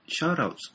shoutouts